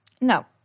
No